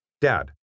Dad